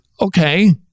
Okay